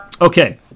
Okay